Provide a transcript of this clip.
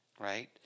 right